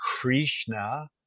Krishna